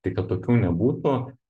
tai kad tokių nebūtų